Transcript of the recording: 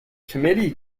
committee